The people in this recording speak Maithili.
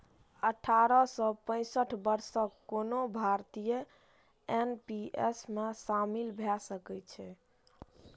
अठारह सं पैंसठ वर्षक कोनो भारतीय एन.पी.एस मे शामिल भए सकै छै